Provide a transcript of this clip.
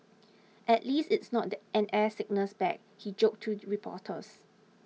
at least it's not an air sickness bag he joked to reporters